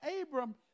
Abram